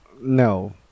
No